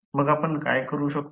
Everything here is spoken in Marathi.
मग आपण काय करू शकतो